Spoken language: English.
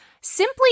Simply